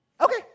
Okay